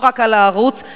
לא רק בערוץ,